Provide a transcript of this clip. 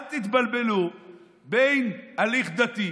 אל תתבלבלו בין הליך דתי